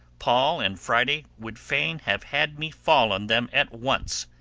paul and friday would fain have had me fall on them at once.